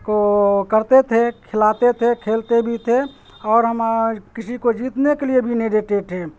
کو کرتے تھے کھلاتے تھے کھیلتے بھی تھے اور ہما کسی کو جیتنے کے لیے بھی نہیں دیٹے ٹھے